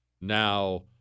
Now